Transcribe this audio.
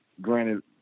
granted